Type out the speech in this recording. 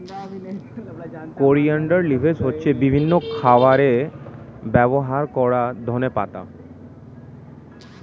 coriander leaves হচ্ছে বিভিন্ন খাবারে ব্যবহার করা ধনেপাতা